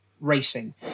racing